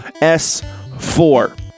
S4